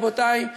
רבותי,